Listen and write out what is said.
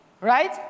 right